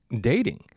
dating